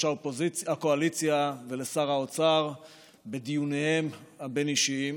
הקואליציה ולשר האוצר בדיוניהם הבין-אישיים.